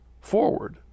forward